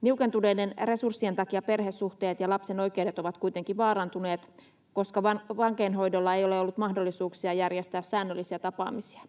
Niukentuneiden resurssien takia perhesuhteet ja lapsen oikeudet ovat kuitenkin vaarantuneet, koska vankeinhoidolla ei ole ollut mahdollisuuksia järjestää säännöllisiä tapaamisia.